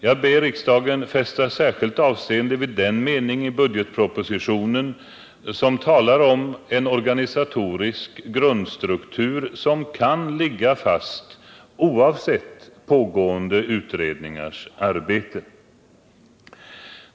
Jag ber riksdagen fästa särskilt avseende vid den mening i budgetpropositionen där det talas om en organisatorisk grundstruktur som kan ligga fast oavsett pågående utredningars arbete.